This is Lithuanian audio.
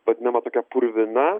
vadinama tokia purvina